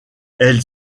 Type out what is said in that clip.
elle